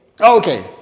okay